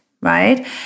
right